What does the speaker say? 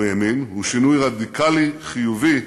הוא האמין, הוא שינוי רדיקלי, חיובי,